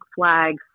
flags